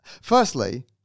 Firstly